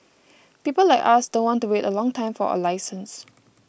people like us don't want to wait a long time for a license